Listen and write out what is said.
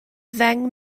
ddeng